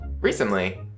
recently